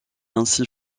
ainsi